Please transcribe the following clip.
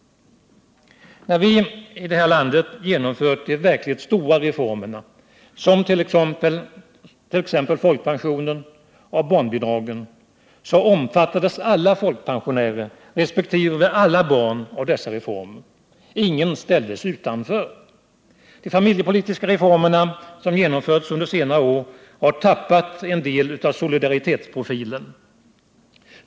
När vi i det här samhället genomförde de verkligt stora reformerna, som t.ex. folkpensionen och barnbidragen, omfattades alla folkpensionärer resp. alla barn av dessa reformer. Ingen ställdes utanför. De familjepolitiska reformer som genomförts under senare år har tappat solidaritetsprofilen.